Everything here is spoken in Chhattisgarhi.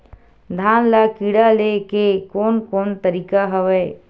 धान ल कीड़ा ले के कोन कोन तरीका हवय?